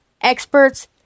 experts